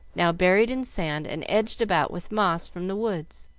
now buried in sand and edged about with moss from the woods.